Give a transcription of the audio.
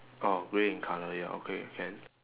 oh grey in colour ya okay can